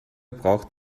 braucht